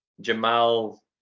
Jamal